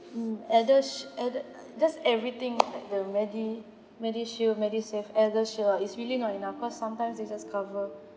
mm eldersh~ elder~ just everything like the medi~ MediShield MediSave ElderShield ah is really not enough cause sometimes it just cover